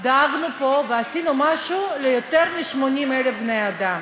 דאגנו פה ועשינו משהו ליותר מ-80,000 בני-אדם,